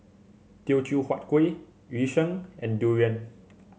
Teochew Huat Kuih Yu Sheng and durian